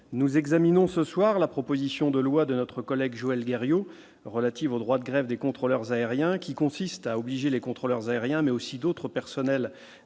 nous examinons ce soir, la proposition de loi de notre collègue Joëlle Gayot relatives au droit de grève des contrôleurs aériens qui consiste à obliger les contrôleurs aériens mais aussi d'autres personnels